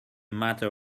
matter